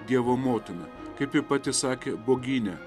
dievo motina kaip pati ji sakė bogynė